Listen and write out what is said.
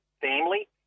family